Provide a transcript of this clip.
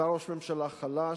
אתה ראש ממשלה חלש,